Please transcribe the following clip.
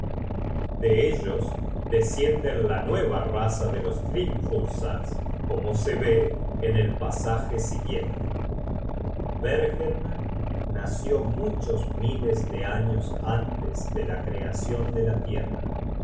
de ellos descienden la nue va raza de los hrimthursars como se ve en el pasaje siguiente content from google book search generated at cbergelmer nació muchos miles de años antes de la creacion de la tierra